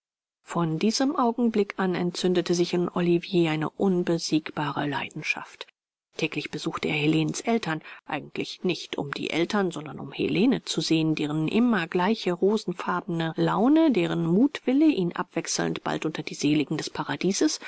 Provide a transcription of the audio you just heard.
von diesem augenblick an entzündete sich in olivier eine unbesiegbare leidenschaft täglich besuchte er helenens eltern eigentlich nicht um die eltern sondern um helene zu sehen deren immer gleiche rosenfarbene laune deren mutwille ihn abwechselnd bald unter die seligen des paradieses